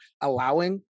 allowing